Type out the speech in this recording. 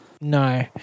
No